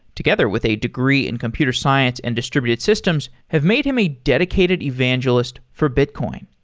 together with a degree in computer science and distributed systems have made him a dedicated evangelist for bitcoin.